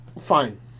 Fine